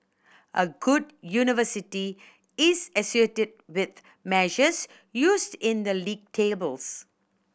a good university is associated with measures used in the league tables